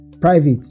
private